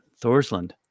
Thorsland